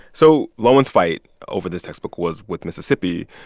so loewen's fight over this textbook was with mississippi.